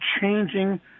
changing